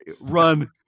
run